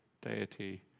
deity